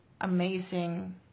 amazing